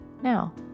Now